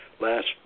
Last